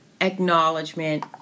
acknowledgement